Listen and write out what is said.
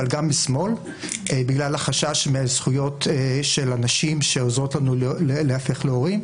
גם בשמאל בגלל החשש מזכויות הנשים שעוזרות לנו להפוך להורים.